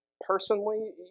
Personally